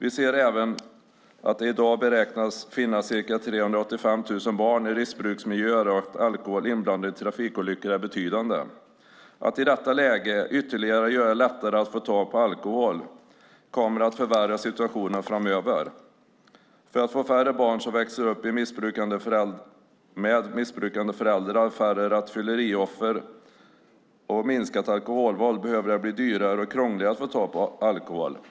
I dag beräknas det finnas ca 385 000 barn i riskbruksmiljöer, och antalet trafikolyckor där alkohol är inblandat är betydande. Att i detta läge göra det ännu lättare att få tag på alkohol kommer att förvärra situationen framöver. För att få färre barn som växer upp med missbrukande föräldrar, färre rattfyllerioffer och minskat alkoholvåld behöver det bli dyrare och krångligare att få tag på alkohol.